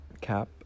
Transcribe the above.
Cap